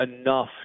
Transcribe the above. enough